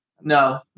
No